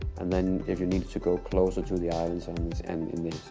and then, if you need to go closer to the islands and, and